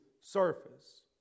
surface